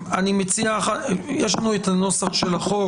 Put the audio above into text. אנחנו כרגע עוברים על הסעיפים ודנים בהם.